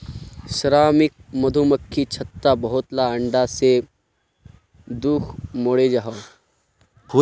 श्रमिक मधुमक्खी छत्तात बहुत ला अंडा दें खुद मोरे जहा